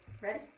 Ready